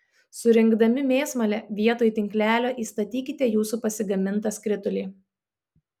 surinkdami mėsmalę vietoj tinklelio įstatykite jūsų pasigamintą skritulį